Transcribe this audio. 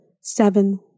seven